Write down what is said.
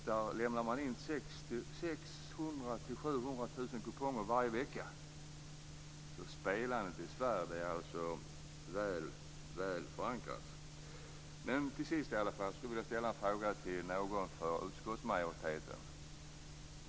Det lämnas in 600 000 Sverige är alltså väl förankrat. Till sist skulle jag vilja ställa en fråga till någon från utskottsmajoriteten.